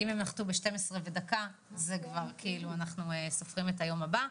אם הם נחתו ב-24:01 אנחנו סופרים כבר את היום הבא.